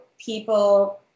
people